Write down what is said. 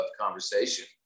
conversation